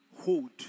hold